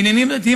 עניינים דתיים,